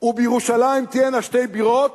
ובירושלים תהיינה שתי בירות,